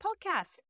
podcast